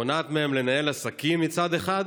מונעת מהם לנהל עסקים מצד אחד,